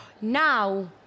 Now